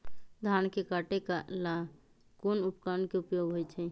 धान के काटे का ला कोंन उपकरण के उपयोग होइ छइ?